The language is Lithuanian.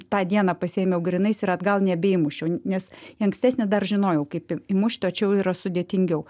tą dieną pasiėmiau grynais ir atgal nebeįmušiau nes į ankstesnį dar žinojau kaip į įmušti o čiau jau yra sudėtingiau